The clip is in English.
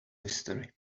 mystery